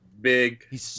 big